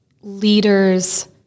leaders